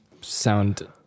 sound